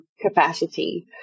capacity